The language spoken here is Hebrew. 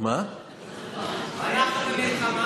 אנחנו במלחמה,